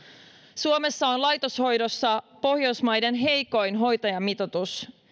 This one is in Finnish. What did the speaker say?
suomessa on laitoshoidossa pohjoismaiden heikoin hoitajamitoitus